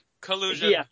collusion